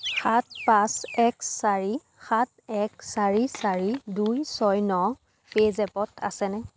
সাত পাঁচ এক চাৰি সাত এক চাৰি চাৰি দুই ছয় ন পে' জেপত আছেনে